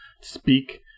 speak